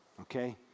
okay